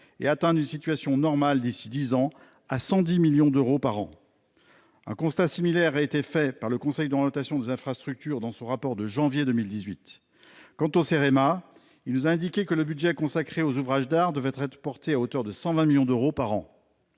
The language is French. et atteindre une situation normale d'ici à dix ans. Un constat similaire a été fait par le Conseil d'orientation des infrastructures, dans son rapport de janvier 2018. Quant au Cerema, il nous a indiqué que le budget consacré aux ouvrages d'art devait être porté à hauteur de 120 millions d'euros par an.